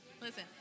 Listen